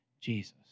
Jesus